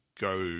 go